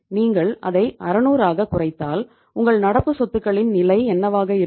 நீங்கள் அதை 600 ஆகக் குறைத்தால் உங்கள் நடப்பு சொத்துகளின் நிலை என்னவாக இருக்கும்